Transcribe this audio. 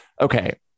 Okay